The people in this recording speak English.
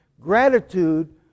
gratitude